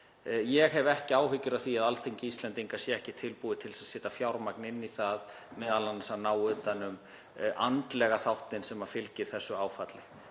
Ég hef ekki áhyggjur af því að Alþingi Íslendinga sé ekki tilbúið til að setja fjármagn í það, m.a. að ná utan um andlega þáttinn sem fylgir þessu áfalli.